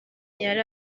yari